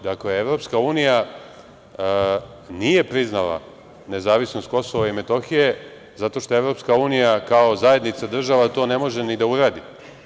Dakle, EU nije priznala nezavisnost Kosova i Metohije zato što EU, kao zajednica država, to ne može ni da uradi.